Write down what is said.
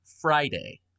Friday